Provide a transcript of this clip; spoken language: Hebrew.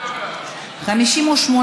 סעיף 6, כהצעת הוועדה, נתקבל.